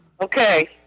Okay